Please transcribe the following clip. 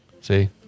See